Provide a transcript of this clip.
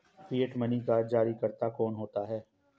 Fiat money का जारीकर्ता कौन होता है?